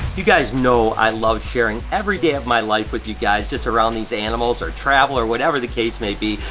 you guys know i love sharing every day of my life with you guys, just around these animals, or travel, or whatever the case may be.